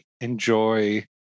enjoy